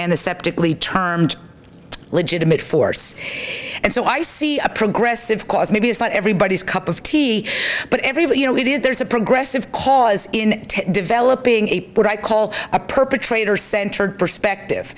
and the sceptically termed legitimate force and so i see a progressive cause maybe it's not everybody's cup of tea but everybody you know it is there's a progressive cause in developing a what i call a perpetrator centered perspective